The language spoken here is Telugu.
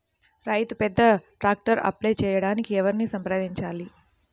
రైతు పెద్ద ట్రాక్టర్కు అప్లై చేయడానికి ఎవరిని సంప్రదించాలి?